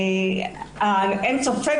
אין ספק